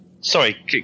Sorry